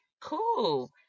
Cool